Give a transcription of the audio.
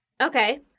Okay